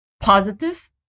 positive